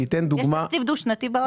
יש תקציב דו שנתי בעולם?